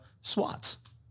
swats